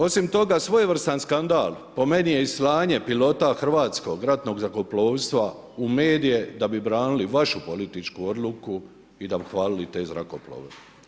Osim toga svojevrstan skandal po meni je i slanje pilota Hrvatskog ratnog zrakoplovstva u medije da bi branili vašu političku odluku i da bi hvalili te zrakoplove.